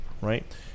right